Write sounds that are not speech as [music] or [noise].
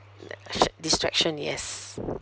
[noise] distraction yes